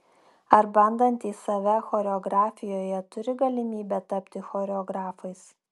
ar bandantys save choreografijoje turi galimybę tapti choreografais